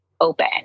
open